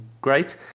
great